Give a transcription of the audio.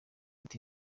ati